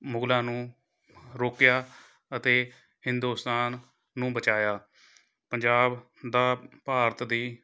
ਮੁਗਲਾਂ ਨੂੰ ਰੋਕਿਆ ਅਤੇ ਹਿੰਦੁਸਤਾਨ ਨੂੰ ਬਚਾਇਆ ਪੰਜਾਬ ਦਾ ਭਾਰਤ ਦੀ